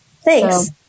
Thanks